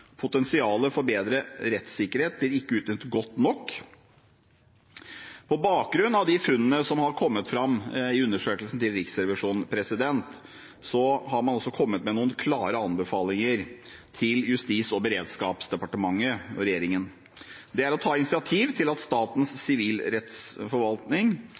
Potensialet for bedre rettssikkerhet blir ikke utnyttet godt nok. På bakgrunn av de funnene som har kommet fram i undersøkelsen til Riksrevisjonen, har man også kommet med noen klare anbefalinger til Justis- og beredskapsdepartementet og regjeringen. Det er å ta initiativ til at